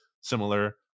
similar